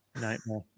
Nightmare